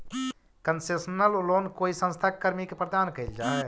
concessional loan कोई संस्था के कर्मी के प्रदान कैल जा हइ